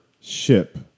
ship